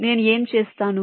నేను ఏమి చేస్తాను